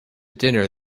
dinner